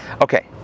Okay